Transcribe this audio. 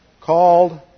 Called